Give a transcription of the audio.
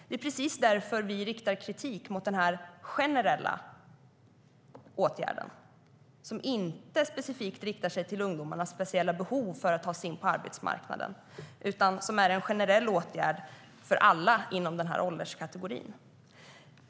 Det är just därför vi riktar kritik mot den här generella åtgärden, som inte specifikt riktar sig mot ungdomarnas speciella behov utan är en generell åtgärd för alla inom denna ålderskategori.